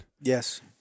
Yes